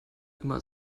immer